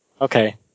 okay